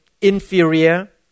inferior